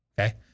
Okay